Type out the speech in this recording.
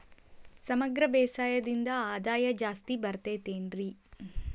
ಸಮಗ್ರ ಬೇಸಾಯದಿಂದ ಆದಾಯ ಜಾಸ್ತಿ ಬರತೈತೇನ್ರಿ?